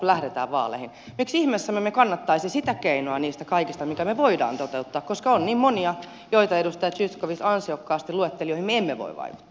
miksi ihmeessä me emme kannattaisi sitä keinoa niistä kaikista minkä me voimme toteuttaa koska on niin monia joita edustaja zyskowicz ansiokkaasti luetteli joihin me emme voi vaikuttaa